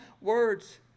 words